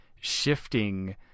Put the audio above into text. shifting